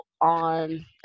on